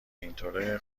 اینطوره